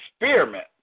experiment